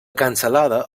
cansalada